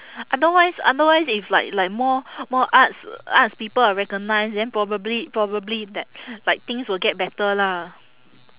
otherwise otherwise if like like more more arts arts people are recognise then probably probably that like things will get better lah